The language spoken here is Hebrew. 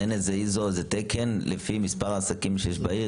אין תקן ISO לפי מספר העסקים שיש בעיר,